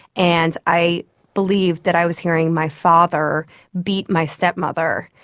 and i believed that i was hearing my father beat my stepmother.